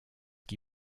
qui